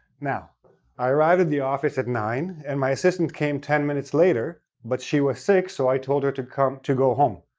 now i arrived at the office at nine, and my assistant came ten minutes later, but she was sick so i told her to come. to go home.